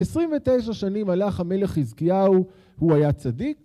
29 שנים מלך המלך חיזקיהו, הוא היה צדיק.